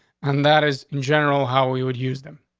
and that is, in general how we would use them.